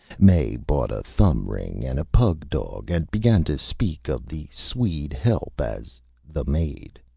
mae bought a thumb ring and a pug dog, and began to speak of the swede help as the maid.